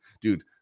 Dude